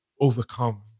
overcome